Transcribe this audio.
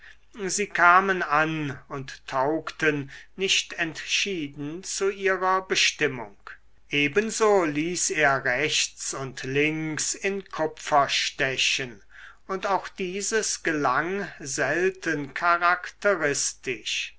sie kamen an und taugten nicht entschieden zu ihrer bestimmung ebenso ließ er rechts und links in kupfer stechen und auch dieses gelang selten charakteristisch